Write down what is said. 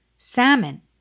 salmon